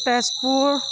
Tezpur